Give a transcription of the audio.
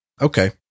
Okay